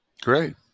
Great